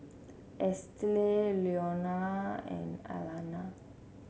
Estelle Leonel and Alanna